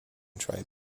tribe